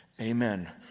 Amen